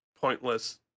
pointless